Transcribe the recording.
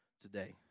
today